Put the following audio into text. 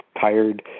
tired